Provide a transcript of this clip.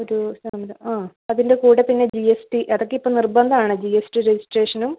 ഒരു ആ അതിൻ്റെ കൂടെ തന്നെ ജി എസ് ടി അതൊക്കെ ഇപ്പം നിർബന്ധമാണ് ജി എസ് ടി രെജിസ്ട്രേഷനും